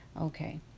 Okay